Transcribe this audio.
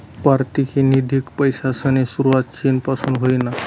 पारतिनिधिक पैसासनी सुरवात चीन पासून व्हयनी